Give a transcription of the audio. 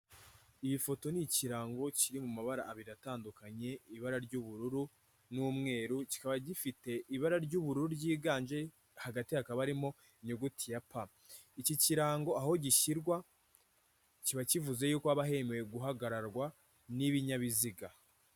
Iyi foto ni ikirango kiri mu mabara abiri atandukanye, ibara ry'ubururu n'umweru, kikaba gifite ibara ry'ubururu ryiganje, hagati hakaba harimo inyuguti ya P. Iki kirango aho gishyirwa kiba kivuze yuko haba hemewe guhagararwa n'ibinyabiziga.